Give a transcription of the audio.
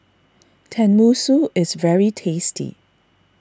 Tenmusu is very tasty